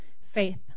faith